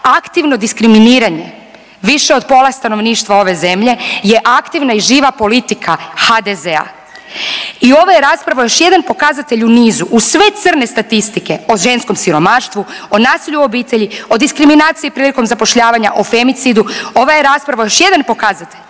aktivno diskriminiranje više od pola stanovništva ove zemlje je aktivna i živa politika HDZ-a. I ova rasprava je još jedan pokazatelj u nizu uz sve crne statistike o ženskom siromaštvu, o nasilju u obitelji, o diskriminaciji prilikom zapošljavanja, o femicidu. Ova je rasprava još jedan pokazatelj